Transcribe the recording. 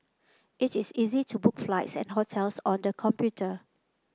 it is easy to book flights and hotels on the computer